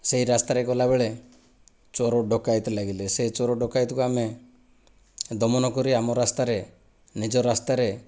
ସେହି ରାସ୍ତାରେ ଗଲାବେଳେ ଚୋର ଡକାୟତ ଲାଗିଲେ ସେ ଚୋର ଡକାୟତକୁ ଆମେ ଦମନ କରି ଆମ ରାସ୍ତାରେ ନିଜ ରାସ୍ତାରେ